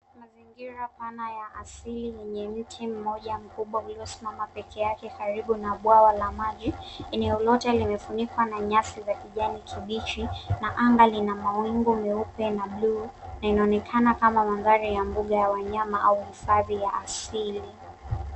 Mazingira pana ya asili yenye mti mmoja mkubwa uliosimama peke yake karibu na bwawa la maji. Eneo lote limefunikwa na nyasi za kijani kibichi na anga lina mawingu meupe na bluu. Inaonekana kama mandhari ya mbuga ya wanyama au hifadhi ya asili.